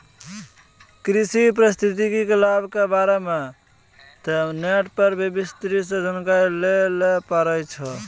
कृषि पारिस्थितिकी के लाभ के बारे मॅ तोहं नेट पर भी विस्तार सॅ जानकारी लै ल पारै छौ